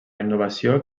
innovació